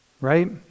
right